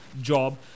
job